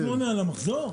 1.8 על המחזור?